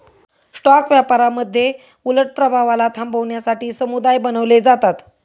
stock व्यापारामध्ये उलट प्रभावाला थांबवण्यासाठी समुदाय बनवले जातात